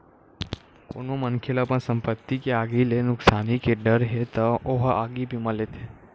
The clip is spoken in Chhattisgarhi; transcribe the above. कोनो मनखे ल अपन संपत्ति के आगी ले नुकसानी के डर हे त ओ ह आगी बीमा लेथे